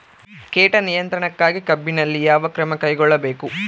ಕೇಟ ನಿಯಂತ್ರಣಕ್ಕಾಗಿ ಕಬ್ಬಿನಲ್ಲಿ ಯಾವ ಕ್ರಮ ಕೈಗೊಳ್ಳಬೇಕು?